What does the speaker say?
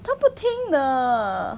他不听的